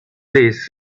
类似